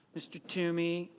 mr. toomey